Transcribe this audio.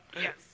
Yes